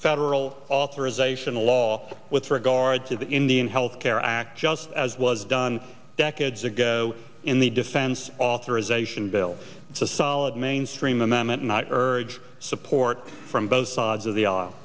federal authorization law with regard to the indian health care act just as was done decades ago in the defense authorization bill it's a solid mainstream amendment not urge support from both sides of the a